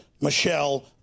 Michelle